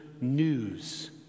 news